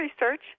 research